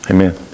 Amen